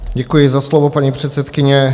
Děkuji za slovo, paní předsedkyně.